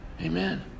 Amen